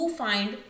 find